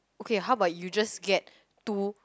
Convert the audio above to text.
okay how about you just get to